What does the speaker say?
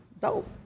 dope